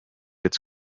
its